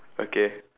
okay